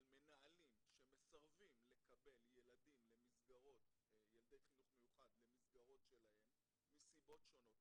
על מנהלים שמסרבים לקבל ילדי חינוך מיוחד למסגרות שלהם מסיבות שונות.